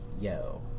Yo